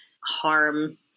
harm